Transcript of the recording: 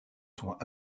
sont